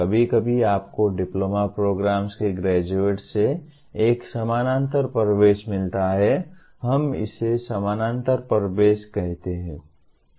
कभी कभी आपको डिप्लोमा प्रोग्राम्स के ग्रेजुएट्स से एक समानांतर प्रवेश मिलता है हम इसे समानांतर प्रवेश कहते हैं